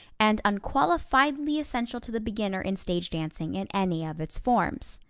and unqualifiedly essential to the beginner in stage dancing in any of its forms.